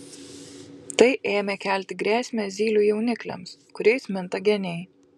tai ėmė kelti grėsmę zylių jaunikliams kuriais minta geniai